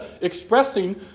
expressing